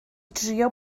drio